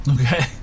Okay